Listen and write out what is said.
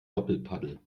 doppelpaddel